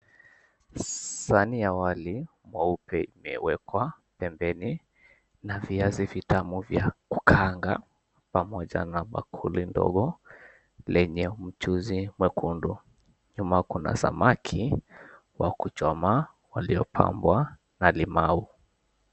Sahani ya wali mweupe imewekwa pembeni na viazi vitamu vya kukaanga pamoja na bakuli ndogo lenye mchuzi wa kondoo, nyuma kuna samaki wa kuchoma waliopambwa na limau.